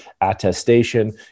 attestation